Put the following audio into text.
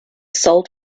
sold